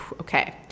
Okay